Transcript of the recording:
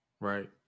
right